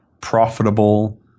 profitable